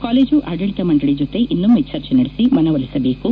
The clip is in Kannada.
ಕಾಲೇಜು ಆಡಳಿತ ಮಂಡಳಿ ಜೊತೆ ಇನ್ನೊಮ್ಮೆ ಚರ್ಚೆ ನಡೆಸಿ ಮನವೊಲಿಸಬೇಕು